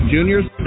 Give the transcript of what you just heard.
Junior's